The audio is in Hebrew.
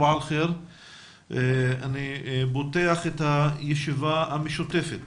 אני פותח את הישיבה המשותפת